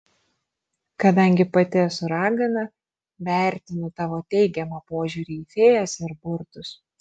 kadangi pati esu ragana vertinu tavo teigiamą požiūrį į fėjas ir burtus